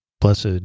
Blessed